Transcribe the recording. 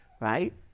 right